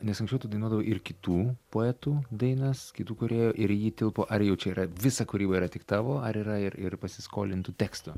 nes anksčiau tu dainuodavai ir kitų poetų dainas kitų kurie ir į jį tilpo ar jau čia yra visa kūryba yra tik tavo ar yra ir ir pasiskolintų tekstų